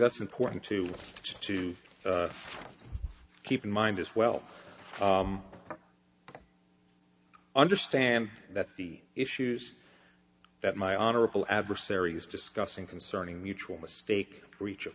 that's important too to keep in mind as well understand that the issues that my honorable adversary is discussing concerning mutual mistake breach